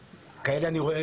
כאלה אני רואה,